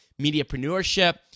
mediapreneurship